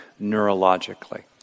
neurologically